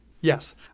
Yes